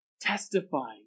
testifying